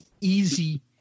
easy